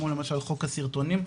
כמו למשל חוק הסרטונים,